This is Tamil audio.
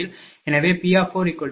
006 p